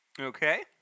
Okay